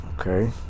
Okay